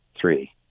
three